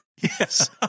Yes